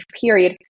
period